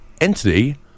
entity